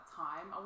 time